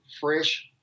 fresh